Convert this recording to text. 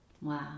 Wow